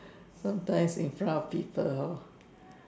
sometimes in front of people hor